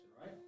right